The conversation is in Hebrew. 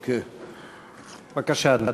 בבקשה, אדוני.